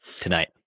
tonight